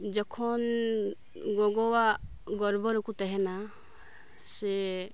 ᱡᱮᱠᱷᱚᱱ ᱜᱚᱜᱚᱣᱟᱜ ᱜᱚᱨᱵᱷᱚ ᱨᱮᱠᱚ ᱛᱟᱦᱮᱱᱟ ᱥᱮ